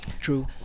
True